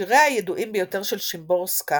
שיריה הידועים ביותר של שימבורסקה